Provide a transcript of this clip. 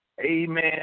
amen